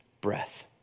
breath